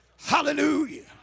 Hallelujah